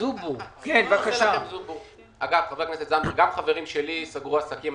גם חברים שלי סגרו עסקים.